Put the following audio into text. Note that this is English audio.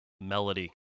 melody